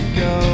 go